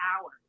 hours